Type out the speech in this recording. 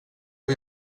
och